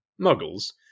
muggles